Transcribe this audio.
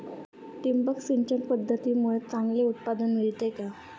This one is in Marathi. ठिबक सिंचन पद्धतीमुळे चांगले उत्पादन मिळते का?